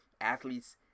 athletes